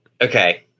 Okay